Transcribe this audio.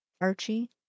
Archie